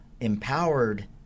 empowered